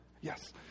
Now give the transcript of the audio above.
Yes